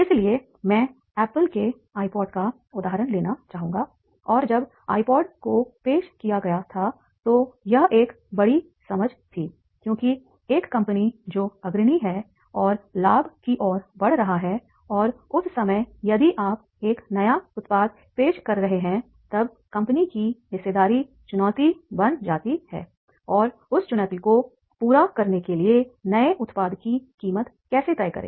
इसलिए मैं Apple के iPod का उदाहरण लेना चाहूंगा और जब iPod को पेश किया गया था तो यह एक बड़ी समझ थी क्योंकि एक कंपनी जो अग्रणी है और लाभ की ओर बढ़ रहा है और उस समय यदि आप एक नया उत्पाद पेश कर रहे हैंतब कंपनी की हिस्सेदारी चुनौती बन जाती है और उस चुनौती को पूरा करने के लिए नए उत्पाद की कीमत कैसे तय करें